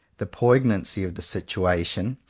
the poignancy of the situation,